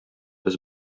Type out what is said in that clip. без